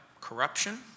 corruption